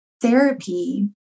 therapy